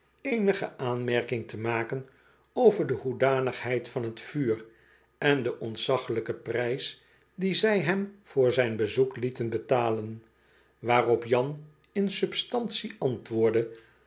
eenige aanmerking te maken over de hoedanigheid van t vuur en den ontzaglijken prijs dien zij hem voor zijn bezoek lieten betalen waarop jan in substantie antwoordde